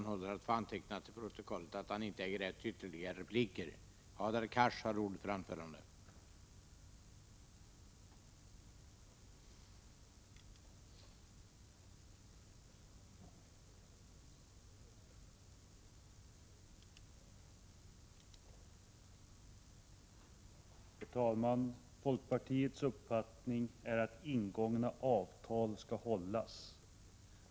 Herr talman! Folkpartiets uppfattning är att ingångna avtal skall hållas.